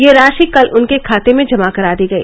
ये राशि कल उनके खाते में जमा करा दी गई